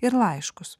ir laiškus